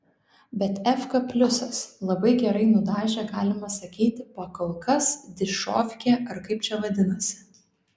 bet efka pliusas labai gerai nudažė galima sakyti pakolkas dišovkė ar kaip čia vadinasi